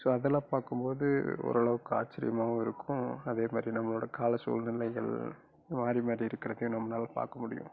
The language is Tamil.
ஸோ அதெலாம் பார்க்கும்போது ஓரளவுக்கு ஆச்சிரியமாகவும் இருக்கும் அதே மாதிரி நம்மளோட காலசூழ்நிலைகள் மாறி மாறி இருக்கிறதையும் நம்மளால் பார்க்க முடியும்